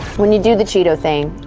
when you do the cheeto thing,